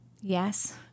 Yes